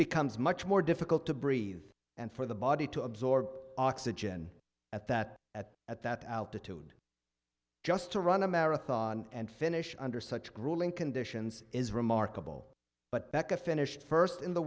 becomes much more difficult to breathe and for the body to absorb oxygen at that at at that altitude just to run a marathon and finish under such grueling conditions is remarkable but beca finished first in the